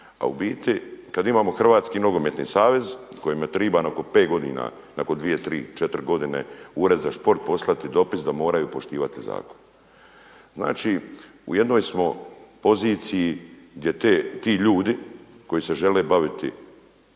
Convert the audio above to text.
a u biti kada imamo HNS kojemu triba oko pet godina, nakon dvije, tri, četiri godine Ured za sport poslati dopis da moraju poštivati zakon. Znači u jednoj smo poziciji gdje ti ljudi koji se žele baviti